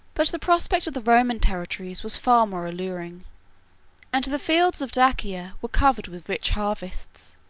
but the prospect of the roman territories was far more alluring and the fields of dacia were covered with rich harvests,